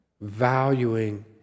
valuing